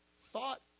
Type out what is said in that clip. thought